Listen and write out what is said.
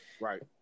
right